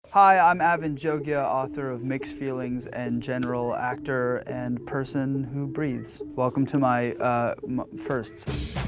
hi i'm avan jogia, author of mixed feelings and general actor, and person who breathes. welcome to my firsts.